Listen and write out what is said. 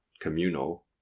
communal